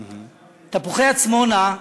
"תפוחי עצמונה",